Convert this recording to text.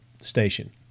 station